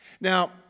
Now